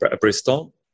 Bristol